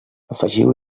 afegiu